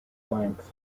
length